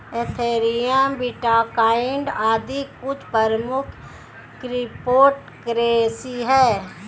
Ethereum, bitcoin आदि कुछ प्रमुख क्रिप्टो करेंसी है